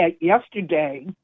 yesterday